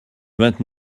vingt